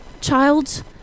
child